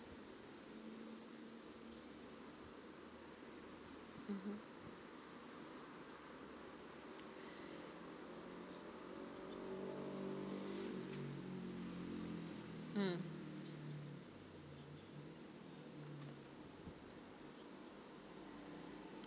mmhmm mm